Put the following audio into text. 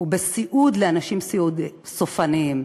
ובסיעוד אנשים סופניים.